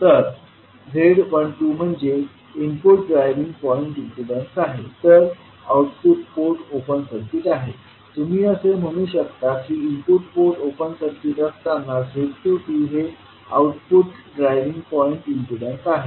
तर z12 म्हणजे input driving point impedance आहे तर आउटपुट पोर्ट ओपन सर्किट आहे तुम्ही असे म्हणू शकता की इनपुट पोर्ट ओपन सर्किट असताना z22 हे आउटपुट ड्रायव्हिंग पॉईंट इम्पीडन्स आहे